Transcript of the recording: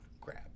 grab